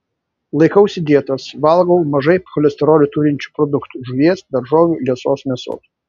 laikausi dietos valgau mažai cholesterolio turinčių produktų žuvies daržovių liesos mėsos